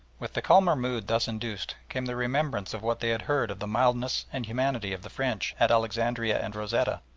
with the calmer mood thus induced came the remembrance of what they had heard of the mildness and humanity of the french at alexandria and rosetta,